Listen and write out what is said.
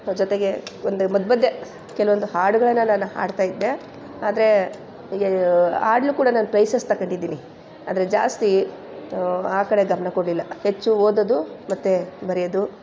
ಜೊತೆಗೆ ಒಂದು ಮಧ್ಯೆ ಮಧ್ಯೆ ಕೆಲವೊಂದು ಹಾಡುಗಳನ್ನ ನಾನು ಹಾಡ್ತಾಯಿದ್ದೆ ಆದರೆ ಈಗ ಹಾಡಲ್ಲೂ ಕೂಡ ನಾನು ಪ್ರೈಸಸ್ ತಗೊಂಡಿದ್ದೀನಿ ಆದರೆ ಜಾಸ್ತಿ ಆ ಕಡೆ ಗಮನ ಕೊಡಲಿಲ್ಲ ಹೆಚ್ಚು ಓದೋದು ಮತ್ತು ಬರೆಯೋದು